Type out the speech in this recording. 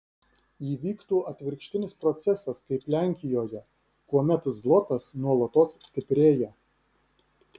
įvyktų atvirkštinis procesas kaip lenkijoje kuomet zlotas nuolatos stiprėja